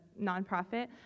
nonprofit